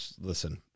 listen